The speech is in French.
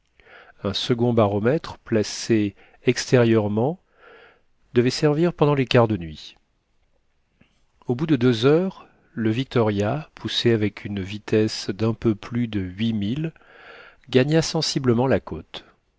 un second baromètre placé extérieurement devait servir pendant les quarts de nuit au bout de deux heures le victoria poussé avec une vitesse d'un peu plus de huit milles gagna sensiblement la côte